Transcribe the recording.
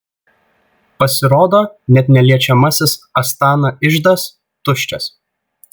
pasirodo net neliečiamasis astana iždas tuščias